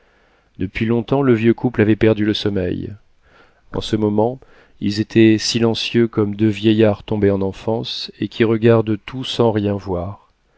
depuis longtemps le vieux couple avait perdu le sommeil en ce moment ils étaient silencieux comme deux vieillards tombés en enfance et qui regardent tout sans rien voir